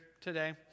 today